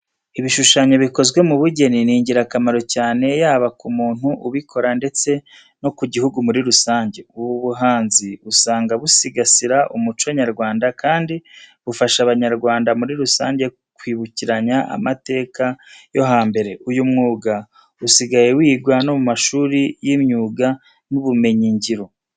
Ibishushanyo bikozwe mu bugeni ni ingirakamaro cyane yaba ku muntu ubikora ndetse no ku gihugu muri rusange. Ubu buhanzi usanga busigasira umuco nyarwanda kandi bugafasha abanyarwanda muri rusange kwibukiranya amateka yo hambere. Uyu mwuga usigaye wigwa no mu mashuri y'imyuga n'ubumenyingiro.